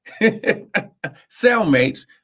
cellmates